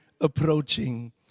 approaching